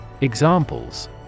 Examples